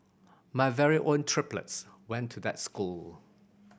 my very own triplets went to that school